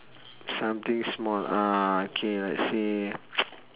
something small uh K let's say